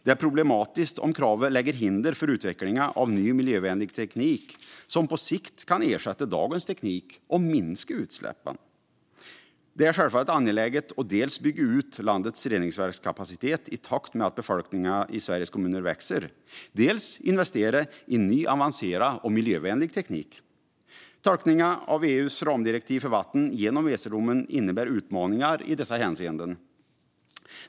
Det är problematiskt om kravet lägger hinder för utvecklingen av ny miljövänlig teknik som på sikt kan ersätta dagens teknik och minska utsläppen. Det är självfallet angeläget att dels bygga ut landets reningsverkskapacitet i takt med att befolkningen i Sveriges kommuner växer, dels investera i ny avancerad och miljövänlig teknik. Tolkningen av EU:s ramdirektiv för vatten genom Weserdomen innebär utmaningar i dessa hänseenden.